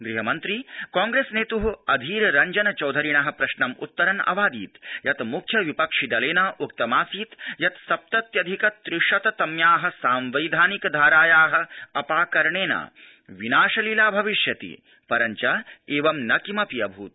गृहमन्त्री कांप्रेस नेत् अधीर रंजन चौधरिण प्रश्नम् उत्तरन् अवादीत् यत् मुख्यविपक्षि दलेन उक्तमासीत् यत् सप्तत्यधिक त्रिशत तम्या सांवैधानिक धाराया अपाकरणेन विनाशलीला भविष्यति परञ्च एवं न किमपि अभूत्